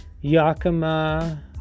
Yakima